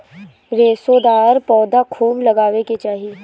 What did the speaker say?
रेशेदार पौधा खूब लगावे के चाही